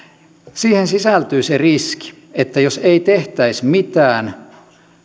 siihen sisältyy se riski että jos ei tehtäisi mitään